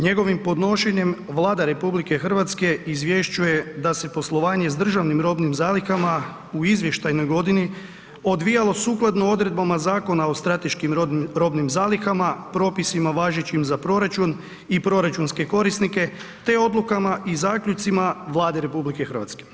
Njegovim podnošenjem Vlada RH izvješćuje da se poslovanje s državnim robnim zalihama u izvještajnoj godini odvijalo sukladno odredbama Zakona o strateškim robnim zalihama, propisima važećim za proračun i proračunske korisnike te odlukama i zaključcima Vlade RH.